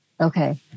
Okay